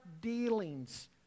dealings